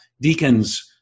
Deacons